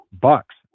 bucks